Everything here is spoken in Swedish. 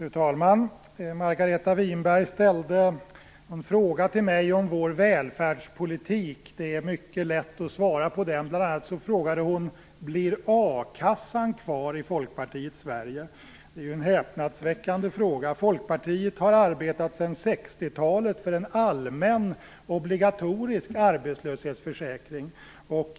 Fru talman! Margareta Winberg ställde en fråga till mig om vår välfärdspolitik. Det är mycket lätt att svara på den. Bl.a. frågade hon: Blir a-kassan kvar i Folkpartiets Sverige? Det är en häpnadsväckande fråga. Folkpartiet har arbetat sedan 1960-talet för en allmän, obligatorisk arbetslöshetsförsäkring.